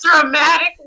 Dramatic